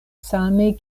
same